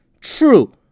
True